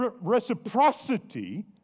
reciprocity